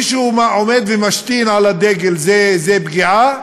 אם מישהו עומד ומשתין על הדגל, זו פגיעה?